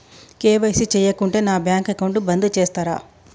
KYC చేయకుంటే నా bank account బంద్ చేస్తరా?